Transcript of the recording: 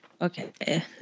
Okay